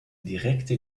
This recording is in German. direkte